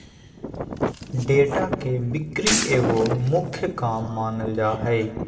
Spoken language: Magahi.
डेटा के बिक्री एगो मुख्य काम मानल जा हइ